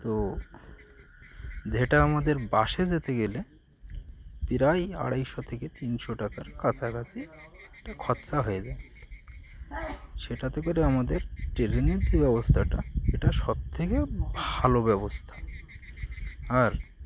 তো যেটা আমাদের বাসে যেতে গেলে প্রায় আড়াইশো থেকে তিনশো টাকার কাছাকাছি একটা খরচা হয়ে যায় সেটাতে করে আমাদের ট্রেনের যে ব্যবস্থাটা এটা সবথেকে ভালো ব্যবস্থা আর